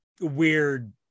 weird